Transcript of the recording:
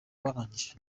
barangije